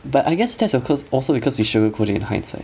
but I guess that's of course also because we shouldn't according to hindsight